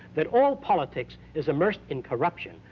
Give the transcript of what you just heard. that all politics is immersed in corruption.